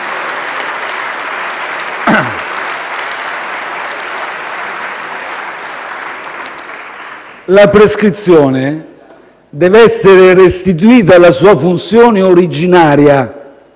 prescrizione deve essere restituita alla sua funzione originaria,